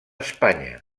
espanya